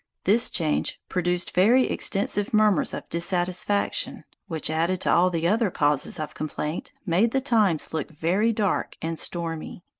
this change produced very extensive murmurs of dissatisfaction, which, added to all the other causes of complaint, made the times look very dark and stormy.